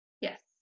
Yes